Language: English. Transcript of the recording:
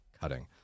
cutting